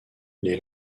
les